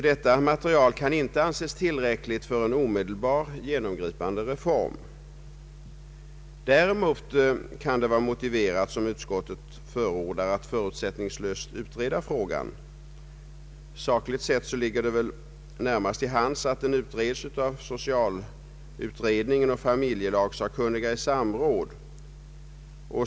Detta material kan inte anses tillräckligt för en omedelbar och genomgripande reform. Däremot kan det vara motiverat, som utskottet förordar, att förutsättningslöst utreda frågan. Sakligt sett ligger det väl närmast till hands att den utreds av socialutredningen och familjelagssakkunniga i samråd.